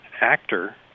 actor